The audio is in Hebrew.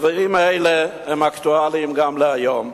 הדברים האלה הם אקטואליים גם היום.